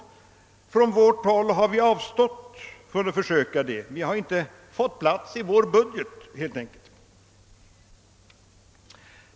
Från vårt håll har vi avstått från att försöka det. Vi har inte fått plats i vår budget, helt enkelt.